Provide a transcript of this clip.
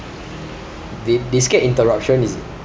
they they scared interruption is it